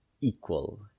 equal